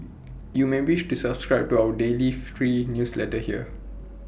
you may wish to subscribe to our free daily newsletter here